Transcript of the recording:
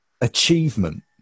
achievement